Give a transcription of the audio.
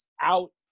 out